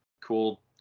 Cool